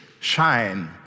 Shine